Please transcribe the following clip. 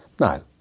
No